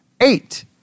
Eight